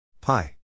Pi